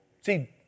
See